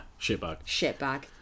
Shitbag